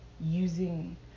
using